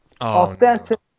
authentic